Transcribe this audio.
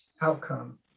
outcome